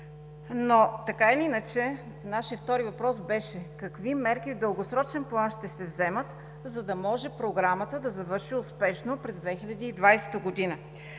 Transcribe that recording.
в тази насока. Нашият втори въпрос беше: какви мерки в дългосрочен план ще се вземат, за да може Програмата да завърши успешно през 2020 г.?